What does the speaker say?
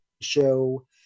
show